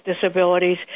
disabilities